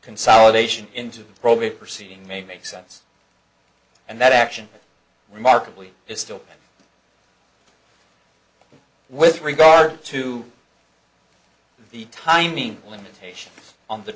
consolidation into the probate proceeding may make sense and that action remarkably is still with regard to the timing limits on the